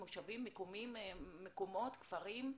מושבים, מקומות, כפרים,